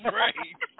right